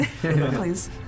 Please